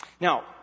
Now